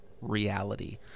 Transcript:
reality